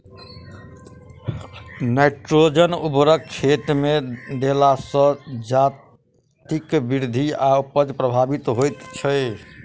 nitrogen उर्वरक खेतमे देला सॅ जजातिक वृद्धि आ उपजा प्रभावित होइत छै